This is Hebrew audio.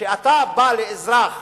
שכשאתה בא לאזרח